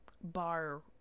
bar